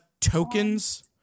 tokens